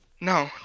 No